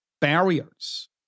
barriers